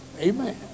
Amen